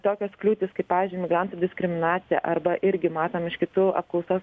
tokios kliūtys kaip pavyzdžiui migrantų diskriminacija arba irgi matom iš kitų apklausos